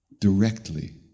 directly